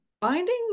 finding